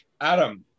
Adam